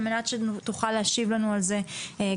על-מנת שתוכל להשיב לנו על זה בהמשך.